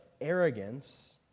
arrogance